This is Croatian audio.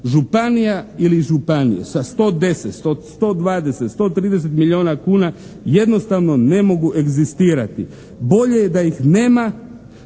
Županija ili županije sa 110, 120, 130 milijuna kuna jednostavno ne mogu egzistirati. Bolje je da ih nema